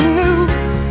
news